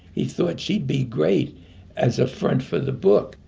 he thought she'd be great as a friend for the book.